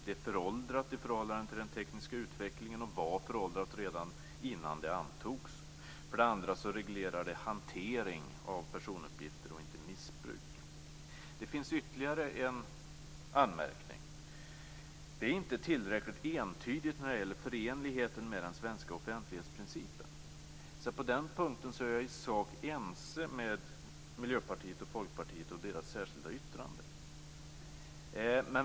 Det är föråldrat i förhållande till den tekniska utvecklingen och var föråldrat redan innan det antogs. För det andra reglerar det hantering av uppgifter och inte missbruk. Det finns ytterligare en anmärkning. Det är inte tillräckligt entydigt när det gäller förenligheten med den svenska offentlighetsprincipen. På den punkten är jag i sak ense med Miljöpartiet och Folkpartiet i deras särskilda yttrande.